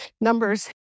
numbers